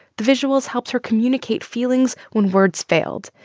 the visuals helped her communicate feelings when words failed.